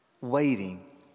waiting